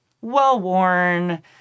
well-worn